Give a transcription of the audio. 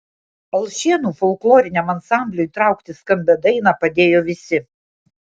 alšėnų folkloriniam ansambliui traukti skambią dainą padėjo visi